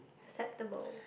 acceptable